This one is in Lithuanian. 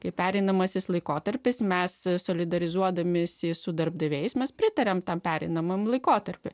kaip pereinamasis laikotarpis mes solidarizuodamiesi su darbdaviais mes pritariame tam pereinamam laikotarpiui